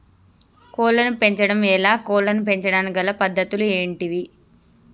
కోళ్లను పెంచడం ఎలా, కోళ్లను పెంచడానికి గల పద్ధతులు ఏంటివి?